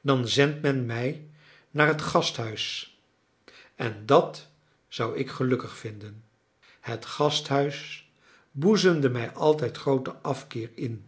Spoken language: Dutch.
dan zendt men mij naar het gasthuis en dat zou ik gelukkig vinden het gasthuis boezemde mij altijd grooten afkeer in